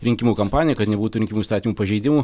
rinkimų kampaniją kad nebūtų rinkimų įstatymų pažeidimų